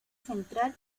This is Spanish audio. central